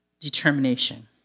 determination